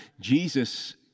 Jesus